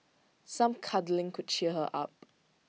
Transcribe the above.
some cuddling could cheer her up